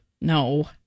No